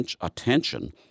attention